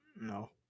No